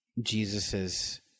Jesus's